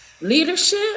leadership